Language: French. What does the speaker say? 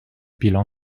bilan